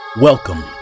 Welcome